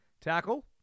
tackle